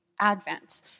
Advent